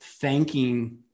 thanking